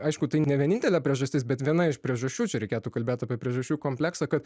aišku tai ne vienintelė priežastis bet viena iš priežasčių čia reikėtų kalbėt apie priežasčių kompleksą kad